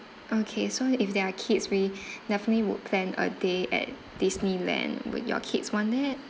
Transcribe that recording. okay so if there are kids we definitely would plan a day at disneyland would your kids want it